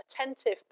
attentive